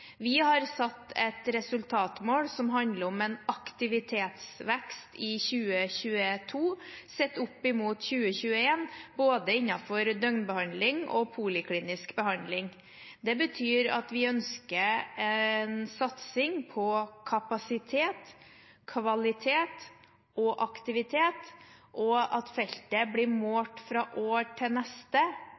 Vi har satt et resultatmål som handler om en aktivitetsvekst i 2022, sett opp imot 2021, både innenfor døgnbehandling og poliklinisk behandling. Det betyr at vi ønsker en satsing på kapasitet, kvalitet og aktivitet, og at feltet blir målt fra et år til neste